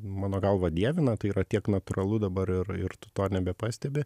mano galva dievina tai yra tiek natūralu dabar ir ir tu to nebepastebi